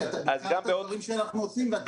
כי אתם ביקשתם דברים שאנחנו עושים.